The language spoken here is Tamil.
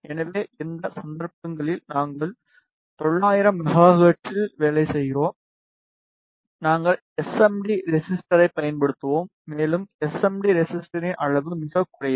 எனவே இந்த சந்தர்ப்பங்களில் நாங்கள் 900 மெகா ஹெர்ட்ஸில் வேலை செய்கிறோம் நாங்கள் எஸ்எம்டி ரெசிஸ்டரைப் பயன்படுத்துவோம் மேலும் எஸ்எம்டி ரெசிஸ்டரின் அளவு மிகக் குறைவு